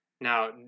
Now